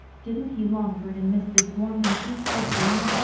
didn't he long for and miss this warm and peaceful scene?